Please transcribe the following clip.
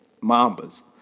Mamba's